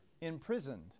imprisoned